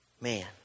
Man